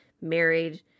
married